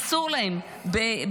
אסור להן באיסור,